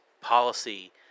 policy